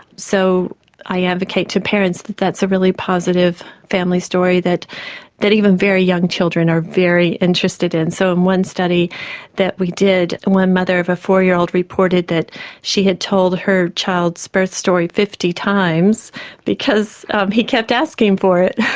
so i advocate to parents that that's a really positive family story that that even very young children are very interested in. so in one study that we did one mother of a four-year-old reported that she had told her child's birth story fifty times because he kept asking for it.